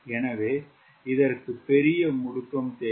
எனவே இதற்கு பெரிய முடுக்கம் தேவை